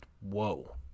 Whoa